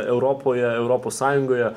europoje europos sąjungoje